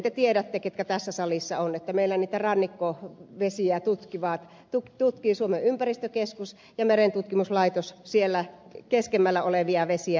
te tiedätte ketkä tässä salissa olette että meillä niitä rannikkovesiä tutkii suomen ympäristökeskus ja merentutkimuslaitos tutkii siellä keskemmällä olevia vesiä